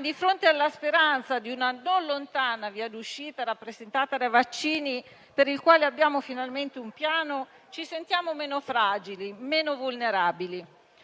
di fronte alla speranza di una non lontana via d'uscita rappresentata dai vaccini, per i quali abbiamo finalmente un piano, ci sentiamo meno fragili e meno vulnerabili.